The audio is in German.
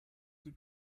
die